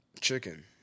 Chicken